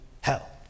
hell